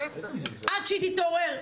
עד שהיא תתעורר,